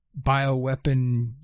bioweapon